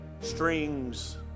strings